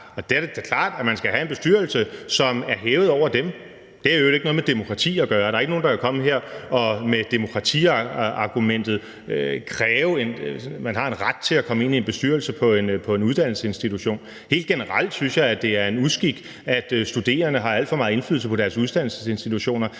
det da klart, at man skal have en bestyrelse, som er hævet over dem. Det har i øvrigt ikke noget med demokrati at gøre. Der er ikke nogen, der kan komme her med demokratiargumentet og kræve, at man har en ret til at komme ind i en bestyrelse på en uddannelsesinstitution. Helt generelt synes jeg, at det er en uskik, at studerende har alt for meget indflydelse på deres uddannelsesinstitutioner.